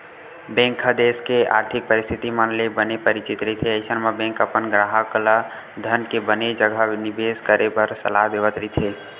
bank ह देस के आरथिक परिस्थिति मन ले बने परिचित रहिथे अइसन म बेंक अपन गराहक ल धन के बने जघा निबेस करे बर सलाह देवत रहिथे